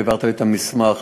העברת לי את המסמך.